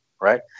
Right